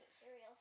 cereals